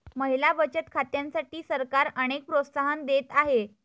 महिला बचत खात्यांसाठी सरकार अनेक प्रोत्साहन देत आहे